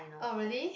oh really